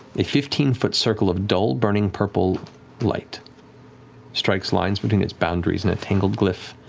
a fifteen foot circle of dull burning purple light strikes lines between its boundaries in a tangled glyph,